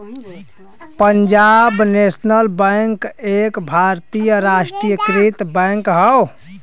Punjab National Bank एक भारतीय राष्ट्रीयकृत बैंक हौ